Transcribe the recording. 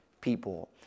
people